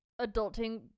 adulting